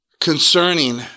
concerning